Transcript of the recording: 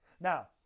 Now